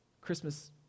Christmas